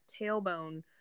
tailbone